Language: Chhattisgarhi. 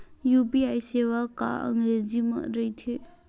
यू.पी.आई सेवा का अंग्रेजी मा रहीथे?